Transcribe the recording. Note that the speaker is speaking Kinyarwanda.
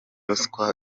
ruswa